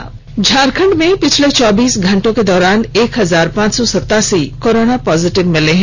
Jharkhand corona Jharkhand में पिछले चौबीस घंटे के दौरान एक हजार पांच सौ सतासी कोरोना पॉजिटिव मिले हैं